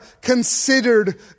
considered